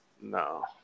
No